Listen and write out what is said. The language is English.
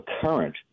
current